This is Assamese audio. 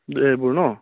সেইবোৰ ন